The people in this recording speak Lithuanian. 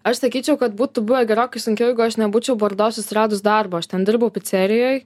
aš sakyčiau kad būtų buvę gerokai sunkiau jeigu aš nebūčiau bordo susiradus darbą aš ten dirbau picerijoj